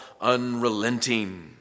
unrelenting